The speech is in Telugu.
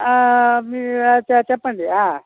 మీ చ చెప్పండి